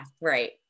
Right